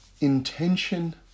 intention